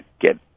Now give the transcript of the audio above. get